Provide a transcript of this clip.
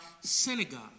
synagogue